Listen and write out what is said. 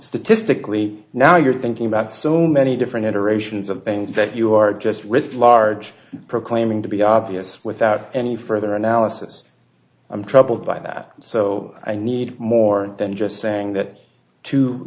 statistically now you're thinking about so many different iterations of things that you are just lift large proclaiming to be obvious without any further analysis i'm troubled by that so i need more than just saying that to